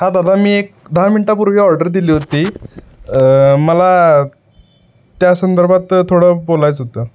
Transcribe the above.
हा दादा मी एक दहा मिनिटांपूर्वी ऑर्डर दिली होती मला त्या संदर्भात थोडं बोलायचं होतं